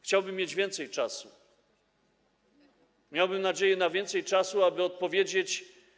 Chciałbym mieć więcej czasu, miałbym nadzieję na więcej czasu, aby odpowiedzieć.